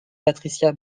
patricia